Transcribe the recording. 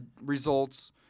results